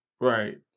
right